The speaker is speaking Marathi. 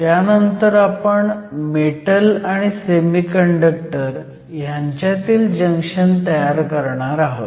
त्यानंतर आपण मेटल आणि सेमीकंडक्टर ह्यांच्यातील जंक्शन तयार करणार आहोत